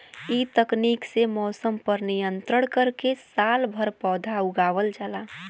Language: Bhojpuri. इ तकनीक से मौसम पर नियंत्रण करके सालभर पौधा उगावल जाला